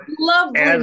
lovely